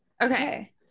Okay